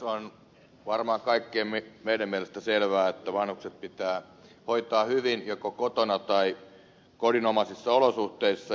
on varmaan kaikkien meidän mielestä selvää että vanhukset pitää hoitaa hyvin joko kotona tai kodinomaisissa olosuhteissa